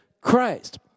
Christ